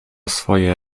swoje